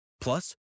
Plus